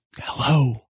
Hello